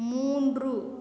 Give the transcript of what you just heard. மூன்று